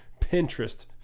Pinterest